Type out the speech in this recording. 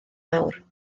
mawr